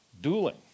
dueling